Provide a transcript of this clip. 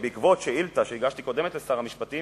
כשבעקבות שאילתא קודמת שהגשתי לשר המשפטים